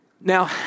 Now